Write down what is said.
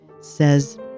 says